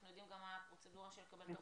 אנחנו גם יודעים מה הפרוצדורה של קבלת